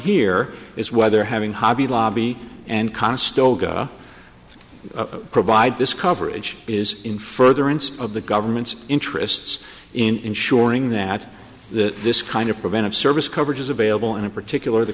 here is whether having hobby lobby and costolo go provide this coverage is in furtherance of the government's interests in ensuring that this kind of preventive service coverage is available and in particular the